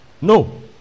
No